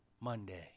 Monday